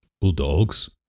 Bulldogs